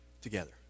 together